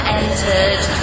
entered